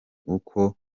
uko